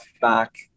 back